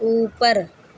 اوپر